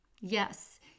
Yes